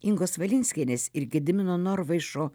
ingos valinskienės ir gedimino norvaišo